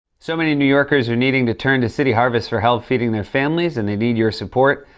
so many new yorkers are needing to turn to city harvest for help feeding their families, and they need your support.